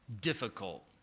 difficult